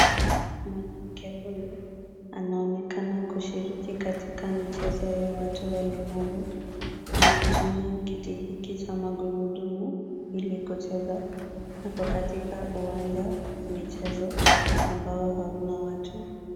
Mwanamke huyu anaonekana kushiriki katika michezo ya watu walemavu. Anatumia kiti hiki cha magurudumu ili kucheza. Ako katika uwanja wa michezo ambao hauna watu.